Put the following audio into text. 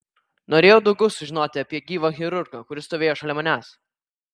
norėjau daugiau sužinoti apie gyvą chirurgą kuris stovėjo šalia manęs